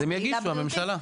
אז הם יגישו לממשלה.